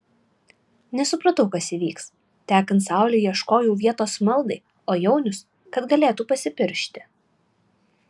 nesupratau kas įvyks tekant saulei ieškojau vietos maldai o jaunius kad galėtų pasipiršti